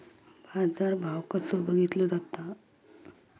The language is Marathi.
बाजार भाव कसो बघीतलो जाता?